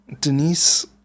Denise